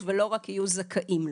שלום לכל הנוכחים,